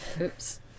Oops